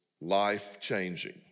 life-changing